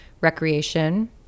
recreation